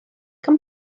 gan